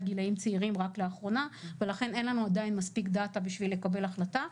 גילאים צעירים רק לאחרונה ולכן אין לנו עדיין מספיק דאטה בשביל לקבל החלטה.